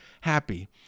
happy